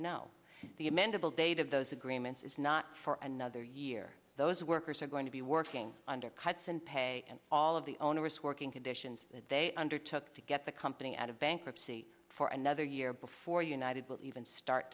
no the amendable date of those agreements is not for another year those workers are going to be working under cuts in pay and all of the onerous working conditions that they undertook to get the company out of bankruptcy for another year before united will even start